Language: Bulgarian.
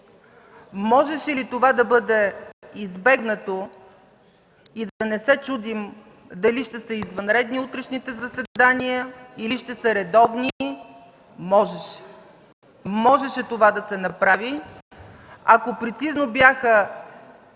Можеше ли това да бъде избегнато и да не се чудим дали ще са извънредни утрешните заседания или редовни? Можеше! Можеше това да се направи, ако прецизни бяха